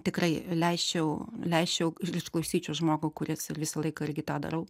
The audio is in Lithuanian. tikrai leisčiau leisčiau išklausyčiau žmogų kuris ir visą laiką irgi tą darau